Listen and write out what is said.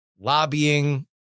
lobbying